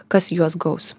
kas juos gaus